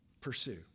pursue